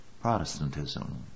Protestantism